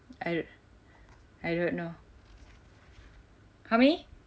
I don't I don't know how many